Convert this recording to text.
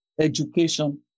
education